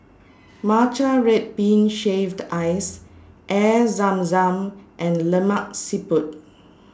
Matcha Red Bean Shaved Ice Air Zam Zam and Lemak Siput